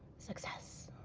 success.